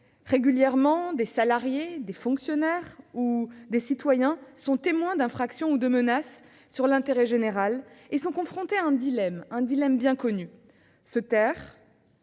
Régulièrement, des salariés, des fonctionnaires ou des citoyens sont témoins d'infractions ou de menaces sur l'intérêt général et sont confrontés à un dilemme bien connu : se taire